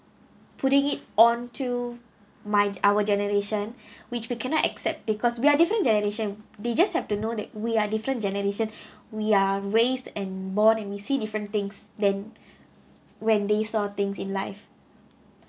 putting it on to my our generation which we cannot accept because we are different generation they just have to know that we are different generation we are raised and born and we see different things than when they saw things in life